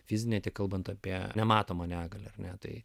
fizinę tiek kalbant apie nematomą negalią metai